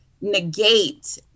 negate